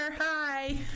Hi